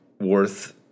worth